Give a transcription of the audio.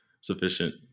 sufficient